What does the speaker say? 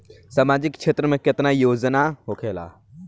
सामाजिक क्षेत्र में केतना योजना होखेला?